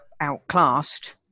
outclassed